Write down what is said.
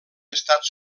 estat